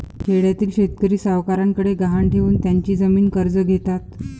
खेड्यातील शेतकरी सावकारांकडे गहाण ठेवून त्यांची जमीन कर्ज घेतात